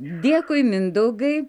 dėkui mindaugai